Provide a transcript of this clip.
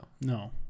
No